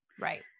Right